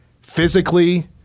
physically